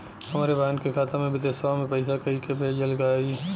हमरे बहन के खाता मे विदेशवा मे पैसा कई से भेजल जाई?